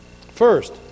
First